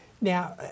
Now